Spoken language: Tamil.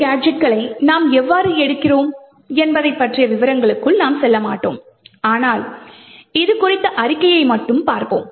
இந்த கேஜெட்களை நாம் எவ்வாறு எடுக்கிறோம் என்பது பற்றிய விவரங்களுக்கு நாம் செல்ல மாட்டோம் ஆனால் இது குறித்த அறிக்கையை மட்டும் பார்ப்போம்